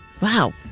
Wow